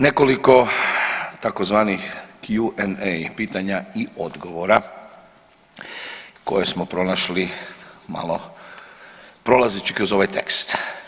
Nekoliko tzv. Q and A pitanja i odgovora koje smo pronašli malo prolazeći kroz ovaj tekst.